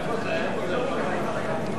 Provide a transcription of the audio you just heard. (תיקון מס' 68), התשע"א 2010,